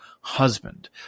husband